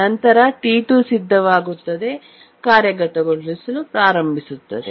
ನಂತರ T2 ಸಿದ್ಧವಾಗುತ್ತದೆ ಮತ್ತು ಕಾರ್ಯಗತಗೊಳಿಸಲು ಪ್ರಾರಂಭಿಸುತ್ತದೆ